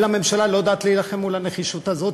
הממשלה לא יודעת להילחם מול הנחישות הזאת.